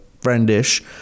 friend-ish